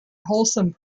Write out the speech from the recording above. wholesome